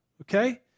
Okay